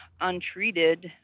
untreated